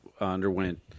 underwent